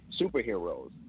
superheroes